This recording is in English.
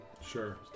Sure